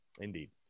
Indeed